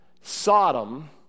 Sodom